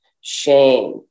shame